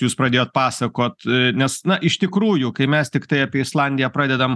jūs pradėjot pasakot nes na iš tikrųjų kai mes tiktai apie islandiją pradedam